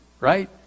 Right